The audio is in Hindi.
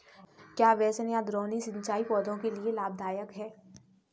क्या बेसिन या द्रोणी सिंचाई पौधों के लिए लाभदायक है?